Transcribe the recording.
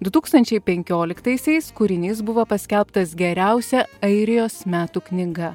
du tūkstančiai penkioliktaisiais kūrinys buvo paskelbtas geriausia airijos metų knyga